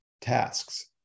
tasks